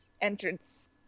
entrance